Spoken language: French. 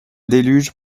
déluge